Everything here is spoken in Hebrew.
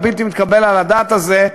הבלתי-מתקבל על הדעת הזה,